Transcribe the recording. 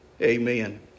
Amen